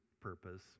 purpose